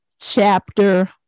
chapter